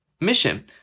mission